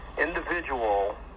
individual